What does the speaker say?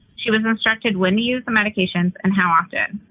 she was instructed when to use the medications and how often.